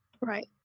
Right